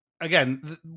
again